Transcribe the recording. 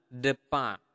depan